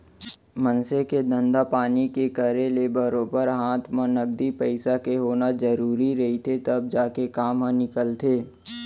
मनसे के धंधा पानी के करे ले बरोबर हात म नगदी पइसा के होना जरुरी रहिथे तब जाके काम ह निकलथे